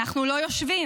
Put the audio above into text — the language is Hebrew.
אנחנו לא יושבים.